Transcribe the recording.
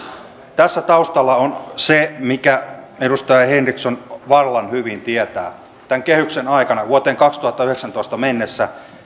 tässä taustalla on se minkä edustaja henriksson vallan hyvin tietää tämän kehyksen aikana vuoteen kaksituhattayhdeksäntoista mennessä